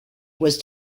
was